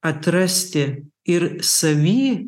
atrasti ir savy